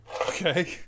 Okay